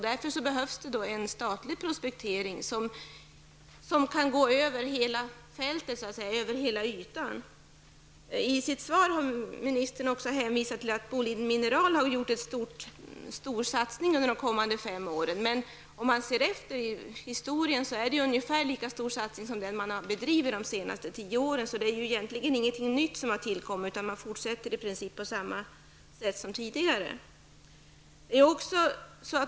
Därför behövs det en statlig prospektering som innebär att man kan gå över hela fältet, hela ytan. I sitt svar har ministern också hänvisat till att Boliden Mineral har gjort en stor satsning för de kommande fem åren. Men om man ser på historien är det ungefär en lika stor satsning som den som man har gjort under de senaste tio åren. Det är egentligen ingenting nytt som har tillkommit, utan man fortsätter i princip på samma sätt som tidigare.